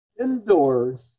indoors